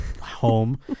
home